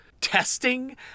testing